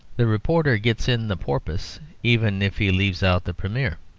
the reporter gets in the porpoise even if he leaves out the premier.